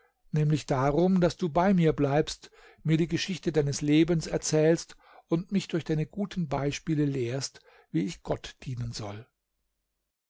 nämlich darum daß du bei mir bleibst mir die geschichte deines lebens erzählst und mich durch deine guten beispiele lehrst wie ich gott dienen soll